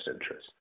interest